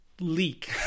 leak